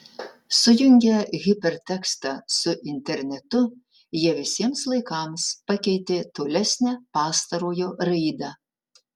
sujungę hipertekstą su internetu jie visiems laikams pakeitė tolesnę pastarojo raidą